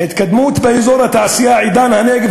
ההתקדמות באזור התעשייה עידן-הנגב,